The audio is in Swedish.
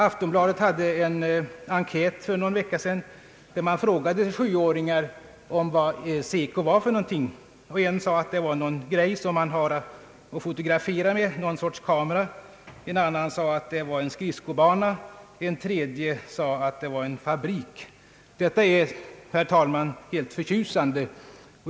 Aftonbladet gjorde en enkät för någon vecka sedan, varvid man frågade sjuåringar vad SECO är för någonting. En av dem svarade att det var någon »grej» som man har att fotografera med, alltså någon sorts kamera, en annan att det var en skridskobana, en tredje att det var en fabrik. Detta är, herr talman, helt förtjusande.